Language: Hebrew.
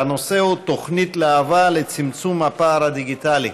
והנושא הוא תוכנית להב"ה לצמצום הפער הדיגיטלי.